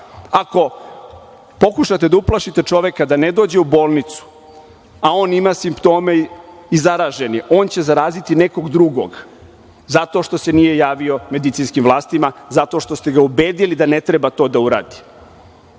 Ako pokušate da uplašite čoveka da ne dođe u bolnicu, a on ima simptome i zaražen je, on će zaraziti nekog drugog zato što se nije javio medicinskim vlastima, zato što ste ga ubedili da ne treba to da uradi,